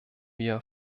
wir